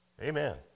amen